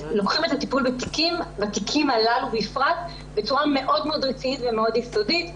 הטיפול בתיקים הללו בפרט בצורה מאוד מאוד רצינית ויסודית.